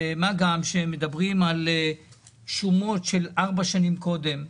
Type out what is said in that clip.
פה מדובר על שומות של ארבע שנים קודם,